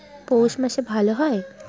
পৌষ মাসে ভালো হয়?